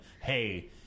hey